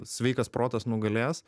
sveikas protas nugalės